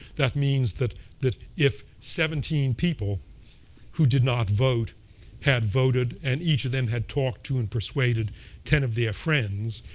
that means that that if seventeen people who did not vote had voted and each of them had talked to and persuaded ten of their friends,